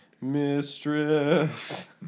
mistress